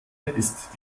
ist